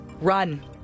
Run